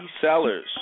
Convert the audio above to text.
Sellers